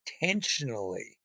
intentionally